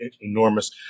enormous